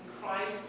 Christ